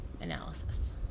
analysis